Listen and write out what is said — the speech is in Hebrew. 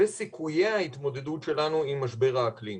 וסיכויי ההתמודדות שלנו עם משבר האקלים.